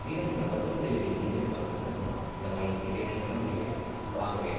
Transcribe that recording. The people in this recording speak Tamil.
மீதமுள்ள பத்து சதவீத இளைஞர்களால் மட்டும்தான் அந்த வாழ்க்கையை ஏற்றுக்கொள்ள முடிகிறது ஆகவே